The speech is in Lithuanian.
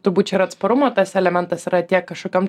turbūt čia ir atsparumo tas elementas yra tiek kažkokiam